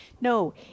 No